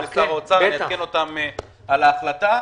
גם לשר האוצר, אני אעדכן אותם על ההחלטה.